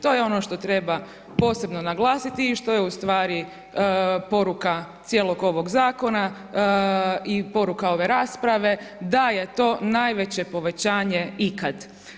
To je ono što treba posebno naglasiti i što je u stvari poruka cijelog ovog zakona i poruka ove rasprave da je to najveće povećanje ikad.